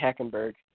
Hackenberg